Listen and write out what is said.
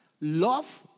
Love